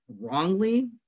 wrongly